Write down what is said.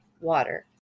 water